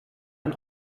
ein